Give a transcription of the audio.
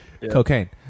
cocaine